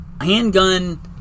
Handgun